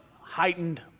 heightened